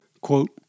Quote